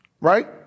Right